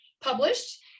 published